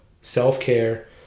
self-care